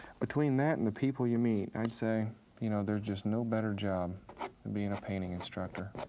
between that and the people you meet, i'd say you know there's just no better job than being a painting instructor.